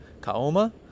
Kaoma